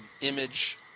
image